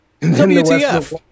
WTF